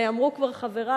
אמרו כבר חברי,